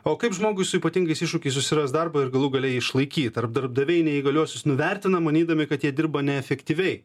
o kaip žmogui su ypatingais iššūkiais susirast darbą ir galų gale jį išlaikyt ar darbdaviai neįgaliuosius nuvertina manydami kad jie dirba neefektyviai